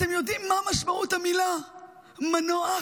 אתם יודעים מה משמעות המילה "מנוח"?